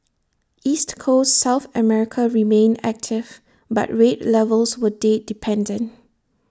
East Coast south America remained active but rate levels were date dependent